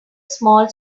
small